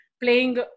playing